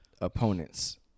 opponents